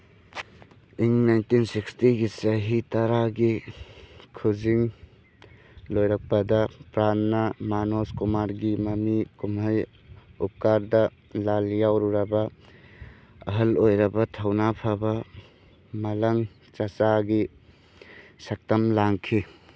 ꯏꯪ ꯅꯥꯏꯟꯇꯤꯟ ꯁꯤꯛꯁꯇꯤꯒꯤ ꯆꯍꯤ ꯇꯔꯥꯒꯤ ꯈꯨꯖꯤꯡ ꯂꯣꯏꯔꯛꯄꯗ ꯄ꯭ꯔꯥꯟꯅꯥ ꯃꯅꯣꯖ ꯀꯨꯃꯥꯔꯒꯤ ꯃꯃꯤ ꯀꯨꯝꯍꯩ ꯎꯞꯀꯥꯔꯗ ꯂꯥꯟ ꯌꯥꯎꯔꯨꯔꯕ ꯑꯍꯜ ꯑꯣꯏꯔꯕ ꯊꯧꯅꯥ ꯐꯕ ꯃꯥꯂꯪ ꯆꯆꯥꯒꯤ ꯁꯛꯇꯝ ꯂꯥꯡꯈꯤ